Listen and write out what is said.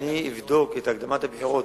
אני אבדוק את עניין הקדמת הבחירות,